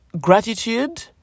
gratitude